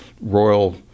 royal